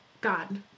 god